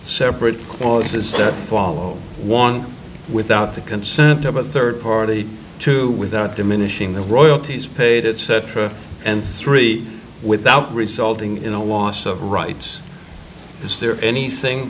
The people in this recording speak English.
separate clauses to follow one without the concept of a third party to without diminishing the royalties paid it and three without resulting in a loss of rights is there anything